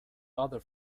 other